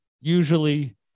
usually